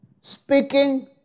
speaking